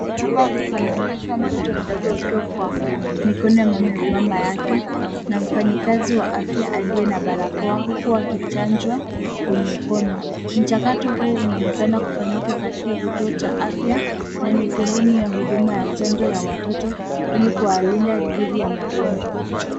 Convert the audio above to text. Hapa panaonyesha mtoto mdogo akiwa kwa mikono ya mama yake na mfanyikazi wa afya aliye na barakoa huku akichanjwa kwenye mkono. Mchakato huo unaonekana kufanyika katika kituo cha afya na ni sehemu ya huduma ya chanjo ya watoto ili kuwalinda dhidi ya magonjwa.